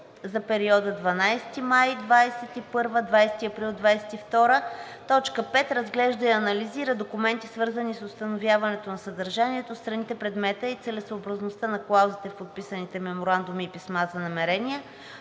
за периода от 12 май 2021 г. до 20 април 2022 г. 5. Разглежда и анализира документи, свързани с установяване на съдържанието, страните, предмета и целесъобразността на клаузите в подписаните меморандуми и писма за намерения.